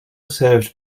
served